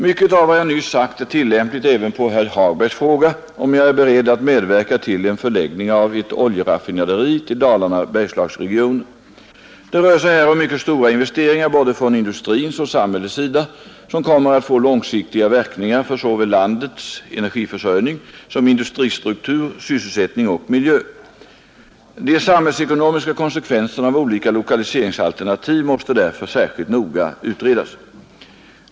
Mycket av vad jag nyss sagt är tillämpligt även på herr Hagbergs fråga om jag är beredd att medverka till en förläggning av ett oljeraffinaderi till Dalarna—Bergslagsregionen. Det rör sig här om mycket stora investeringar både från industrins och samhällets sida som kommer att få långsiktiga verkningar för såväl landets energiförsörjning som industristruktur, sysselsättning och miljö. De samhällsekonomiska konsekvenserna av olika lokaliseringsalternativ måste därför särskilt noga utredas.